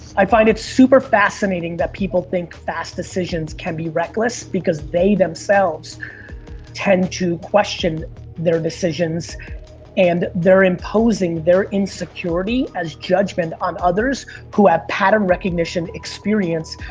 i find it super fascinating that people think fast decisions can be reckless because they themselves tend to question their decisions and they're imposing their insecurity as judgment on others who have pattern recognition, experience,